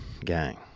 Gang